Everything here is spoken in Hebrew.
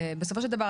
בסופו של דבר,